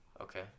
okay